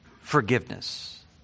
forgiveness